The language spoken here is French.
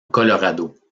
colorado